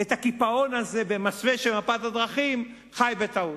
את הקיפאון הזה במסווה של מפת הדרכים, חי בטעות.